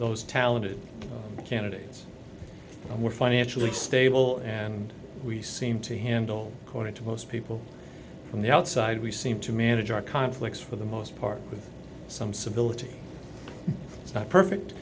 those talented candidates and were financially stable and we seem to handle according to most people from the outside we seem to manage our conflicts for the most part with some civility it's not perfect